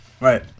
Right